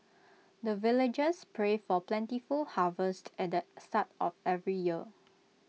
the villagers pray for plentiful harvest at the start of every year